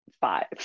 five